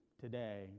today